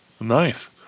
Nice